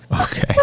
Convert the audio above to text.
Okay